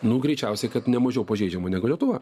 nu greičiausiai kad ne mažiau pažeidžiama negu lietuva